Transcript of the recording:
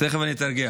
תכף אני אתרגם.